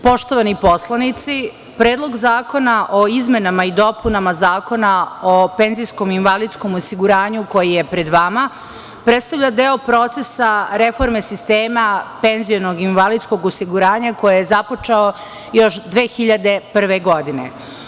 Poštovani poslanici, Predlog zakona o izmenama i dopunama Zakona o penzijskom i invalidskom osiguranju, koji je pred vama, predstavlja deo procesa reforme sistema penzionog i invalidskog osiguranja koje je započet još 2001. godine.